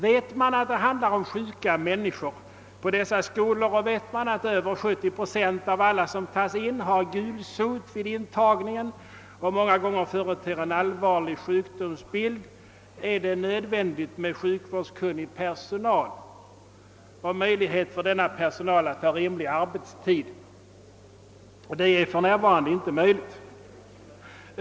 Vet man att det handlar om sjuka människor vid dessa skolor och vet man att över 70 procent av alla som tas in har gulsot vid intagningen och många gånger företer en allvarlig sjukdomsbild, förstår man att det är nödvändigt med sjukvårdskunnig personal och möjlighet för denna personal att ha en rimlig arbetstid, och det är för närvarande inte möjligt.